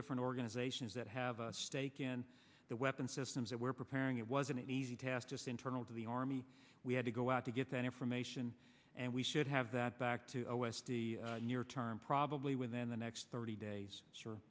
different organizations that have a stake in the weapons systems that we're preparing it was an easy task just internal to the army we had to go out to get that information and we should have that back to a westie near term probably within the next thirty days s